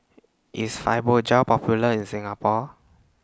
IS Fibogel Popular in Singapore